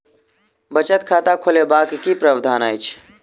बचत खाता खोलेबाक की प्रावधान अछि?